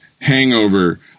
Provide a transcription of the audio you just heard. hangover